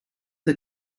the